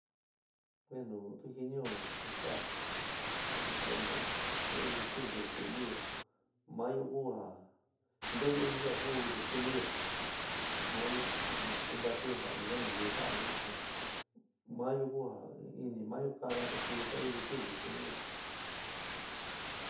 Bueno, tu jɨnɨo que sea bueno sa'ayo elegir destɨnuyo ma'ayo ku jaá nteéyo ntía ku destɨnuyo maáyo ma kuntátuyo ja ɨnka nayɨu ka'an jin'ó chi mayo ku ja ɨnɨ maáyo kaána te ku sa'ayo elegir destɨnuyo.